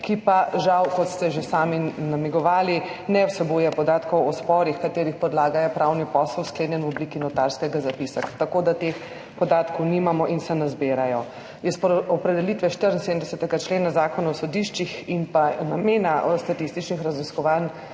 ki pa žal, kot ste že sami namigovali, ne vsebuje podatkov o sporih, katerih predlaga je pravni posel, sklenjen v obliki notarskega zapisa. Tako da teh podatkov nimamo in se ne zbirajo. Iz opredelitve 74. člena Zakona o sodiščih in pa namena statističnih raziskovanj